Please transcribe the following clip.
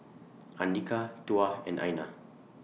Andika Tuah and Aina